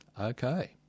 okay